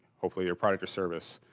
hopefully your product, or service.